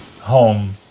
home